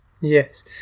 yes